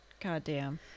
goddamn